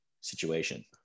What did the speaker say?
situation